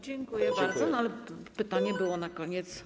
Dziękuję bardzo, ale pytanie było na koniec.